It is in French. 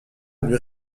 lui